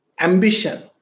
ambition